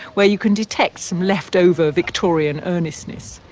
where you can detect some leftover victorian earnestness.